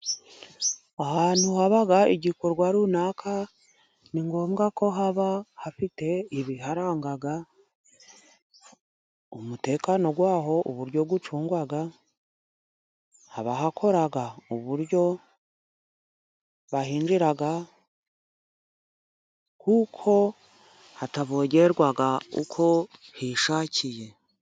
Ahantu haba igikorwa runaka ni ngombwa ko haba hafite ibiharanga ,umutekano w'aho uburyo ucungwa ,abahakora uburyo bahinjira kuko hatavogerwa uko hishakiye.